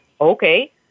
okay